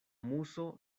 muso